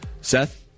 Seth